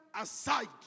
aside